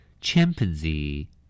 Chimpanzee